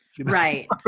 right